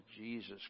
Jesus